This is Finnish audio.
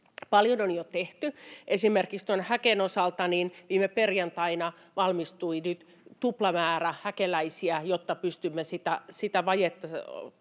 Paljon on jo tehty. Esimerkiksi tuon Häken osalta viime perjantaina valmistui nyt tuplamäärä häkeläisiä, jotta pystymme sitä vajetta